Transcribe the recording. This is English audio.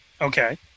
Okay